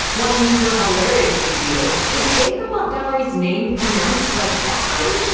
one user hilariously tweeted is dacre montgomery's name pronounced like daiquiri?